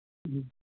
ꯎꯝ